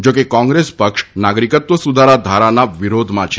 જો કે કોંગ્રેસ પક્ષ નાગરિકત્વ સુધારા ધારાના વિરોધમાં છે